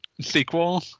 sequel